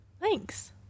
Thanks